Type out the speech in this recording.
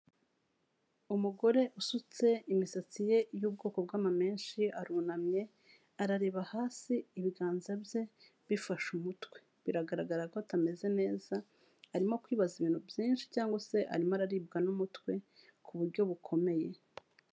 Umugore usutse imisatsi ye y'ubwoko bw'amamenshi, arunamye, arareba hasi, ibiganza bye bifashe umutwe. Biragaragara ko atameze neza, arimo kwibaza ibintu byinshi cyangwa se arimo araribwa n'umutwe ku buryo bukomeye.